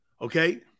Okay